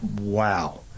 Wow